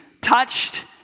touched